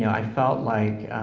i felt like,